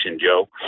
Joe